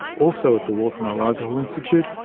also at the walter and eliza hall institute,